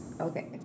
Okay